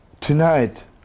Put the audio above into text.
Tonight